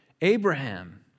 Abraham